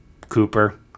cooper